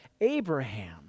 Abraham